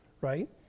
right